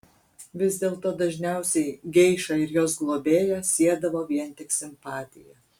vis dėlto dažniausiai geišą ir jos globėją siedavo vien tik simpatija